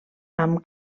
amb